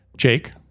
Jake